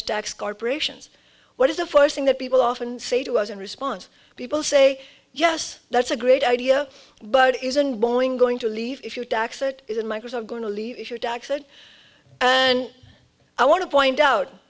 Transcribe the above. stacks corporations what is the first thing that people often say to us in response people say yes that's a great idea but isn't blowing going to leave if you tax it isn't microsoft going to leave your taxes and i want to point out